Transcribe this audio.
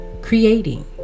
creating